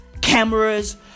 Cameras